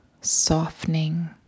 softening